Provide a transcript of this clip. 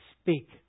speak